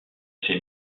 ses